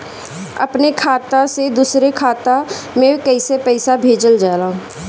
अपने खाता से दूसरे के खाता में कईसे पैसा भेजल जाला?